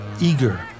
eager